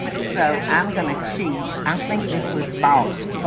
so i'm going to cheat. i think this was bought